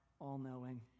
all-knowing